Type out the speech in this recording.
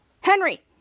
Henry